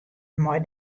mei